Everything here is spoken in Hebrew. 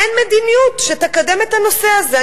אין מדיניות שתקדם את הנושא הזה.